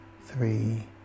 three